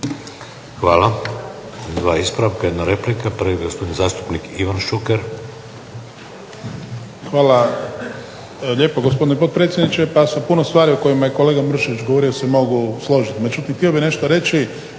Hvala. Dva ispravaka jedna replika. Prvi gospodin zastupnik Ivan Šuker. **Šuker, Ivan (HDZ)** Hvala lijepo gospodine potpredsjedniče. Pa sa puno stvari o kojima je govorio gospodin Mršić se mogu složiti. Međutim, htio bih nešto reći